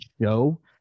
show